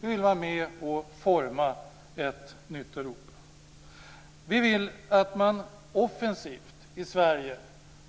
Vi vill vara med och forma ett nytt Europa. Vi vill att man offensivt i Sverige